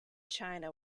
china